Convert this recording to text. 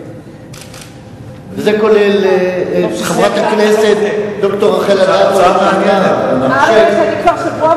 זה כולל, חברת הכנסת ד"ר רחל אדטו, טוב שסיימת עם